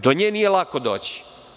Do nje nije lako doći.